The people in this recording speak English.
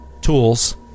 tools